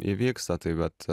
įvyksta taip bet